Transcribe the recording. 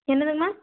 என்னதுங்கமா